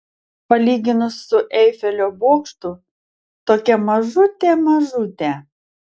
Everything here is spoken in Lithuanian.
palyginus su eifelio bokštu tokia mažutė mažutė